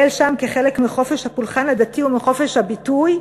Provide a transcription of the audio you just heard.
שם כחלק מחופש הפולחן הדתי ומחופש הביטוי,